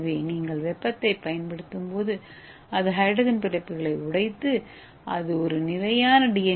எனவே நீங்கள் வெப்பத்தைப் பயன்படுத்தும்போது அது ஹைட்ரஜன் பிணைப்புகளை உடைத்து அது ஒரு நிலையான டி